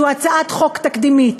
זו הצעת חוק תקדימית,